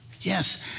yes